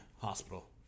Hospital